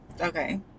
Okay